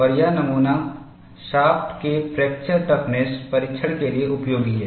और यह नमूना शाफ्ट के फ्रैक्चर टफनेस परीक्षण के लिए उपयोगी है